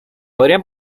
podrían